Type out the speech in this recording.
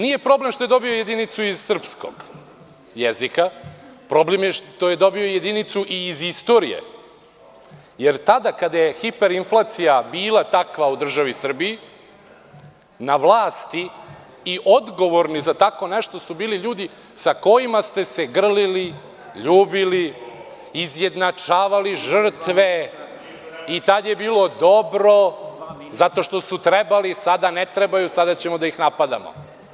Nije problem što je dobio jedinicu iz srpskog jezika, problem je što je dobio jedinicu i iz istorije, jer tada kada je hiperinflacija bila takva u državi Srbiji, na vlasti i odgovorni za tako nešto su bili ljudi sa kojima ste se grlili, ljubili, izjednačavali žrtve i tada je bilo dobro zato što su trebali, sada ne trebaju, sada ćemo da ih napadamo.